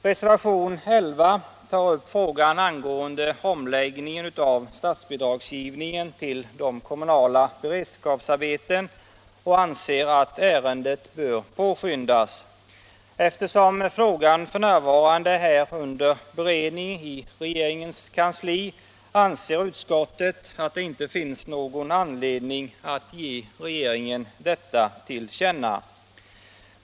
Reservationen 11 tar upp frågan angående omläggning av statsbidragsgivningen till kommunala beredskapsarbeten och innebär att ärendet bör påskyndas. Eftersom frågan f. n. är under beredning i regeringens kansli anser utskottet att det inte finns någon anledning att ge regeringen detta till känna.